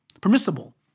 Permissible